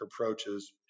approaches